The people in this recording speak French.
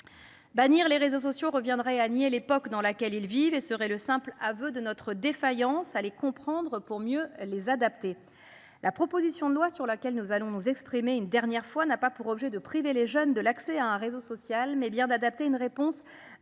Bannir les réseaux sociaux reviendrait à nier l'époque dans laquelle ils vivent et serait le simple aveu de notre défaillance à les comprendre, pour mieux les adapter. La proposition de loi sur laquelle nous allons nous exprimer une dernière fois n'a pas pour objet de priver les jeunes de l'accès à un réseau social, mais bien d'adapter une réponse.